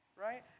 right